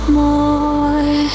more